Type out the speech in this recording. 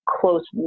close